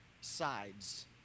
sides